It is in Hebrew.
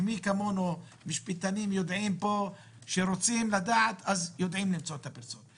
מי כמונו המשפטנים יודע שכאשר רוצים בכך יודעים למצוא את הפרצות.